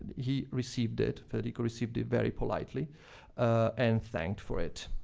he received it, federico received it very politely and thanked for it.